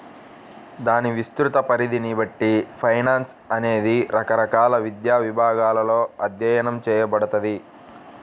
దాని విస్తృత పరిధిని బట్టి ఫైనాన్స్ అనేది రకరకాల విద్యా విభాగాలలో అధ్యయనం చేయబడతది